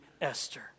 Esther